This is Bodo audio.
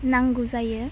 नांगौ जायो